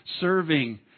serving